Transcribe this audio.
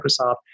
Microsoft